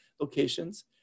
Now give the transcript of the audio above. locations